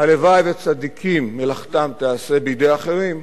הלוואי שצדיקים מלאכתם תיעשה בידי אחרים,